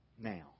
now